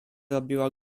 robiła